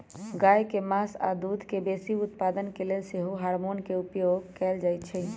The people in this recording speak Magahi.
गाय के मास आऽ दूध के बेशी उत्पादन के लेल सेहो हार्मोन के उपयोग कएल जाइ छइ